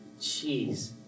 Jeez